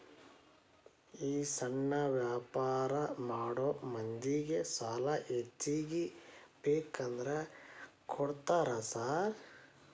ಈ ಸಣ್ಣ ವ್ಯಾಪಾರ ಮಾಡೋ ಮಂದಿಗೆ ಸಾಲ ಹೆಚ್ಚಿಗಿ ಬೇಕಂದ್ರ ಕೊಡ್ತೇರಾ ಸಾರ್?